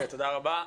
תודה רבה.